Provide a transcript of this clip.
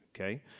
okay